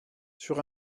sur